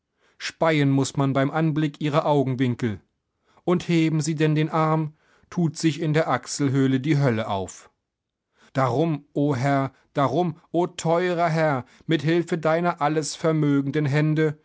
speien muß man beim anblick ihrer augenwinkel und heben sie den arm tut sich in der achselhöhle die hölle auf darum o herr darum o teuerer herr mit hilfe deiner alles vermögenden hände